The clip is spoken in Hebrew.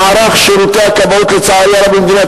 מערך שירותי הכבאות במדינת